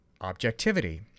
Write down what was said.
objectivity